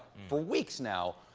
for weeks now,